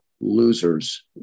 losers